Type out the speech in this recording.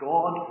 God